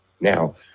Now